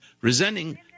Resenting